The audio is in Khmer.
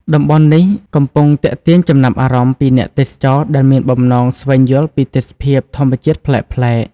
តំបន់នេះកំពុងទាក់ទាញចំណាប់អារម្មណ៍ពីអ្នកទេសចរដែលមានបំណងស្វែងយល់ពីទេសភាពធម្មជាតិប្លែកៗ។